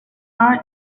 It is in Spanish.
are